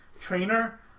trainer